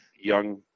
young